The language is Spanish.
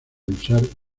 usar